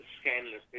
Scandalous